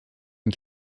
une